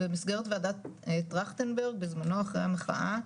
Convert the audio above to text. במסגרת ועדת טרכנטנברג בזמנו אחרי המחאה,